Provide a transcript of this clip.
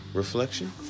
reflection